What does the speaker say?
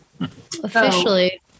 officially